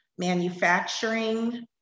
manufacturing